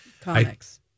Comics